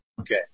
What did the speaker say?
Okay